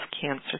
cancer